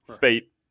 fate